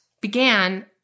began